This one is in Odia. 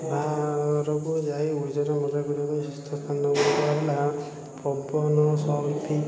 ବାହାରକୁ ଯାଇ ଓଡ଼ିଶାର ତୀର୍ଥ ସ୍ଥାନ ଗୁଡ଼ିକ ହେଲା ପବନ ସର୍ଫିଂ